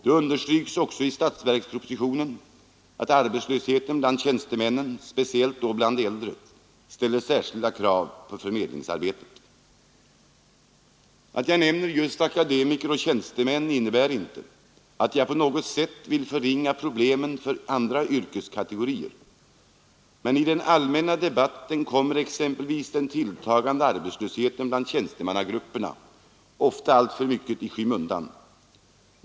Det understryks också i statsverkspropositionen att arbetslösheten bland tjänstemännen, speciellt bland de äldre, ställer särskilda krav på förmedlingsarbetet. Att jag nämner just akademiker och tjänstemän innebär inte att jag på något sätt vill förringa problemen för andra yrkeskategorier, men i den allmänna debatten kommer exempelvis den tilltagande arbetslösheten bland tjänstemannagrupperna ofta alltför mycket i skymundan.